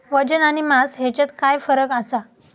वजन आणि मास हेच्यात फरक काय आसा?